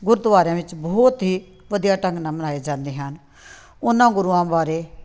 ਗੁਰਦੁਆਰਿਆਂ ਵਿੱਚ ਬਹੁਤ ਹੀ ਵਧੀਆ ਢੰਗ ਨਾਲ ਮਨਾਏ ਜਾਂਦੇ ਹਨ ਉਹਨਾਂ ਗੁਰੂਆਂ ਬਾਰੇ